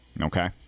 Okay